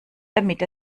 damit